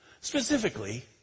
specifically